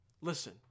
listen